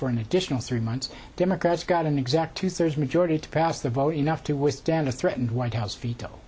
for an additional three months democrats got an exact two thirds majority to pass the vote enough to withstand a threatened white house veto